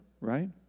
right